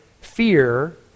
fear